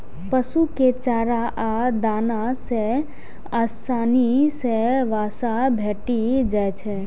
पशु कें चारा आ दाना सं आसानी सं वसा भेटि जाइ छै